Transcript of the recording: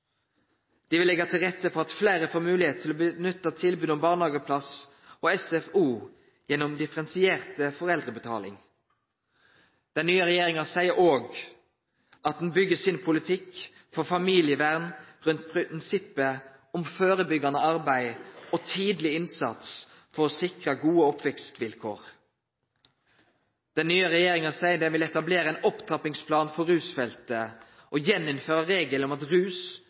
Dei vil leggje til rette for at fleire får moglegheit til å nytte tilbod om barnehageplass og SFO gjennom differensiert foreldrebetaling. Den nye regjeringa seier òg at ho vil byggje familievernpolitikken rundt prinsippet om førebyggjande arbeid og tidleg innsats for å sikre gode oppvekstsvilkår. Den nye regjeringa seier ho vil etablere ei opptrappingsplan for rusfeltet og igjen innføre regelen om at rus